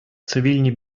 цивільні